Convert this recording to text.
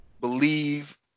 believe